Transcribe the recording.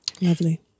Lovely